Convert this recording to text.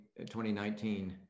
2019